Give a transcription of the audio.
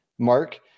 Mark